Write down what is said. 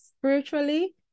spiritually